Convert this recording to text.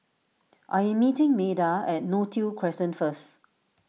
I am meeting Meda at Neo Tiew Crescent first